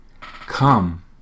Come